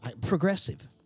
progressive